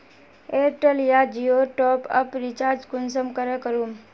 Airtel या जियोर top up recharge कुंसम करे करूम?